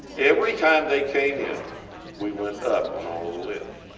every time they came in we went up on all of the lifts.